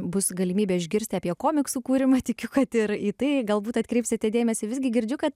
bus galimybė išgirsti apie komiksų kūrimą tikiu kad ir į tai galbūt atkreipsite dėmesį visgi girdžiu kad